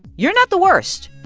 you're not the worst.